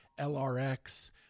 LRX